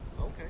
Okay